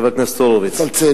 חבר הכנסת הורוביץ,